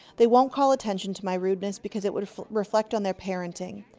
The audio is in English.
they won't call attention to my rude ness because it would reflect on their parenting.